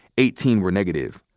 eighteen were negative.